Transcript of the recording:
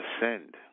ascend